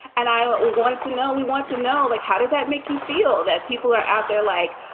and i want to know we want to know, like, how does that make you feel that people are out there? like,